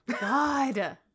God